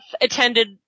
attended